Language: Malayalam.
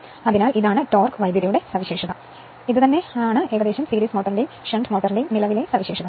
അതിനാൽ ഇതാണ് ടോർക്ക് കറന്റ് ക്യാരക്ടർ സീരീസ് മോട്ടോറിന്റെയും ഷണ്ട് മോട്ടോറിന്റെയും നിലവിലെ സവിശേഷതകൾ